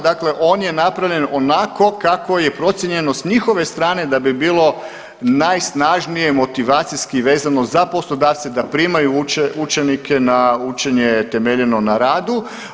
Dakle, on je napravljen onako kako je procijenjeno s njihove strane da bi bilo najsnažnije motivacijski vezao za poslodavce da primaju učenike na učenje temeljeno na radu.